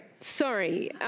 Sorry